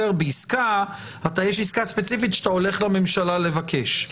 יש עסקה ספציפית שאתה הולך לממשלה לבקש,